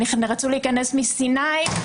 הם רצו להיכנס מסיני,